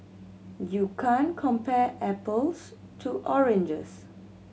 you can't compare apples to oranges